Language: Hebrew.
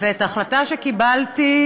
את ההחלטה שקיבלתי,